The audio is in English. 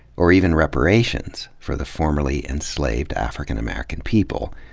or even reparations, for the formerly enslaved african american people.